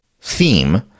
theme